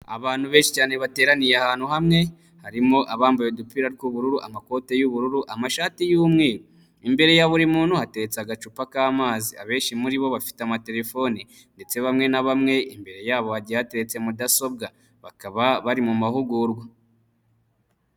Abantu benshi cyane bateraniye ahantu hamwe, harimo abambaye udupira tw'ubururu, amakote y'ubururu, amashati y'umweru, imbere ya buri muntu hateretse agacupa k'amazi, abenshi muri bo bafite amaterefone ndetse bamwe na bamwe, imbere yabo hagiye hateretse mudasobwa, bakaba bari mu mahugurwa.